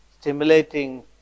stimulating